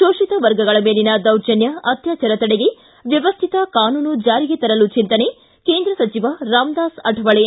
ಶೋಷಿತ ವರ್ಗಗಳ ಮೇಲಿನ ದೌರ್ಜನ್ನ ಅತ್ಡಾಚಾರ ತಡೆಗೆ ವ್ಣವಸ್ಥಿತ ಕಾನೂನು ಜಾರಿಗೆ ತರಲು ಚಿಂತನೆ ಕೇಂದ್ರ ಸಚಿವ ರಾಮದಾಸ್ ಆಠವಳೆ